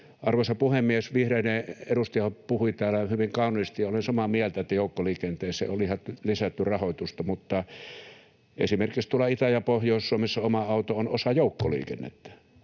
Arvoisa puhemies! Vihreiden edustaja puhui täällä hyvin kauniisti, ja olen samaa mieltä, että joukkoliikenteeseen on lisätty rahoitusta, mutta esimerkiksi tuolla Itä‑ ja Pohjois-Suomessa oma auto on osa joukkoliikennettä,